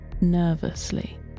nervously